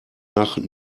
nach